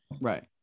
right